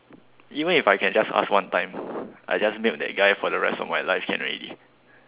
even if I can just ask one time I just milk that guy for the rest of my like can already